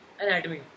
anatomy